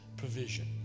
provision